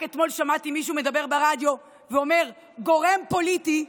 רק אתמול שמעתי מישהו מדבר ברדיו ואומר: גורם פוליטי,